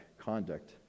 conduct